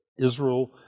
Israel